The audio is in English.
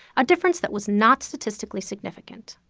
a difference that was not statistically significant.